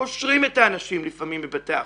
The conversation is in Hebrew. קושרים את האנשים לפעמים בבתי החולים.